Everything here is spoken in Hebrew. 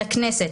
לכנסת,